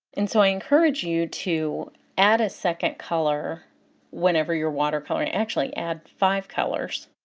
and so i encourage you to add a second color whenever you're watercoloring. actually, add five colors